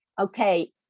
okay